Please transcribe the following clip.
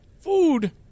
Food